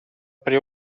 pre